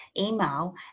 email